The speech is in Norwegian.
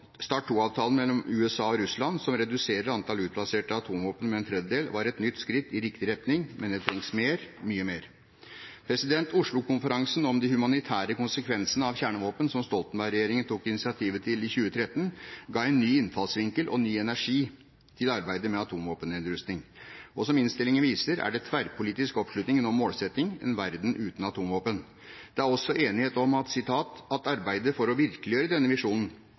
START II-avtalen mellom USA og Russland, som reduserer antall utplasserte atomvåpen med en tredjedel, var et nytt skritt i riktig retning. Men det trengs mer, mye mer. Oslo-konferansen om de humanitære konsekvensene av kjernevåpen som Stoltenberg-regjeringen tok initiativet til i 2013, ga en ny innfallsvinkel og ny energi til arbeidet med atomvåpennedrustning. Som innstillingen viser, er det tverrpolitisk oppslutning om målsettingen, en verden uten atomvåpen. Det er også enighet om at «arbeidet for å virkeliggjøre visjonen